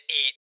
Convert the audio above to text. eat